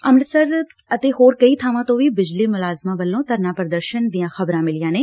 ਅੰਮਿਤਸਰ ਅਤੇ ਹੋਰ ਕਈ ਬਾਵਾਂ ਤੋਂ ਵੀ ਬਿਜਲੀ ਮੁਲਾਜ਼ਮਾਂ ਵੱਲੋਂ ਧਰਨਾ ਪੁਦਰਸ਼ਨ ਕਰਨ ਦੀਆਂ ਖ਼ਬਰਾਂ ਮਿਲੀਆਂ ਨੇ